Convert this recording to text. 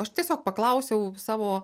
aš tiesiog paklausiau savo